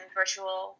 virtual